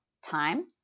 time